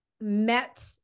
met